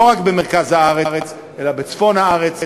לא רק במרכז הארץ אלא בצפון הארץ,